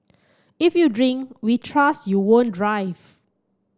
if you drink we trust you won't drive